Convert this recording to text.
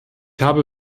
habe